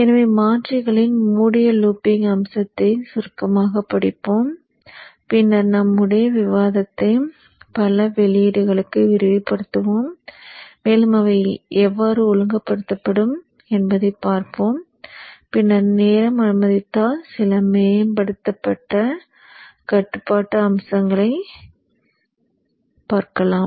எனவே மாற்றிகளின் மூடிய லூப்பிங் அம்சத்தை சுருக்கமாகப் படிப்போம் பின்னர் நம்முடைய விவாதத்தை பல வெளியீடுகளுக்கு விரிவுபடுத்துவோம் மேலும் அவை எவ்வாறு ஒழுங்குபடுத்தப்படும் என்பதைப் பார்ப்போம் பின்னர் நேரம் அனுமதித்தால் சில மேம்பட்ட கட்டுப்பாட்டு அம்சங்களைப் பார்க்கலாம்